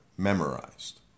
Memorized